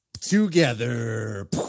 together